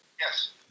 Yes